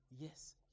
Yes